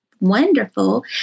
wonderful